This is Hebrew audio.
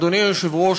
אדוני היושב-ראש,